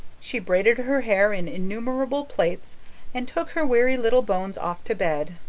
she braided her hair in innumerable plaits and took her weary little bones off to bed.